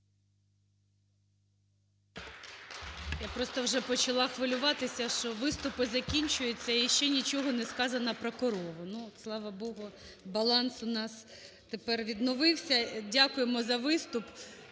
Я просто вже почала хвилюватися, що виступи закінчуються, і ще нічого не сказано про корову. Слава Богу, баланс у нас тепер відновився. Дякуємо за виступ.